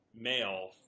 male